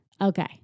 okay